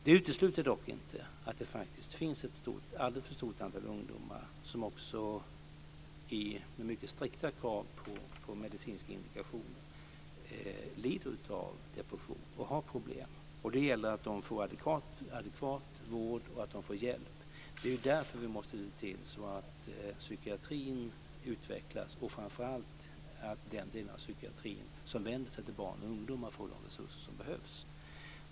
Det utesluter dock inte att det faktiskt finns ett alldeles för stort antal ungdomar som också med mycket strikta krav på medicinska indikationer lider av depression och har problem. Det gäller att de får adekvat vård och att de får hjälp. Det är därför som vi måste se till att psykiatrin utvecklas och framför allt att den delen av psykiatrin som vänder sig till barn och ungdomar får de resurser som behövs.